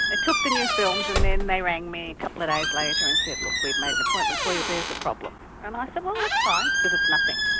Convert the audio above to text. they took the new films and then they rang me a couple of days later and said, look we made an appointment for you, there's a problem and i said, well, that's fine because it's nothing.